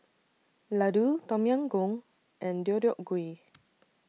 Ladoo Tom Yam Goong and Deodeok Gui